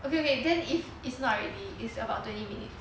okay okay then if it's not really is about twenty minutes